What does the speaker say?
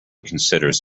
considers